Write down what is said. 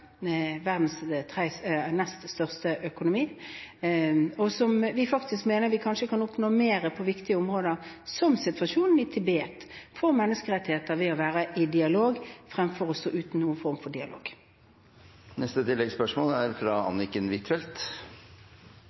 verdens vetomakter i FN, verdens nest største økonomi. Vi mener faktisk at vi kanskje kan oppnå mer for menneskerettigheter på viktige områder, som situasjonen i Tibet, ved å være i dialog fremfor å stå uten noen form for